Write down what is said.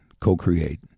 co-create